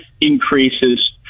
increases